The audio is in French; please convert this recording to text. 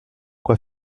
quoi